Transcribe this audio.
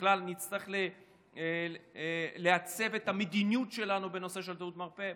ובכלל נצטרך לעצב את המדיניות שלנו בנושא של תיירות מרפא.